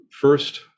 first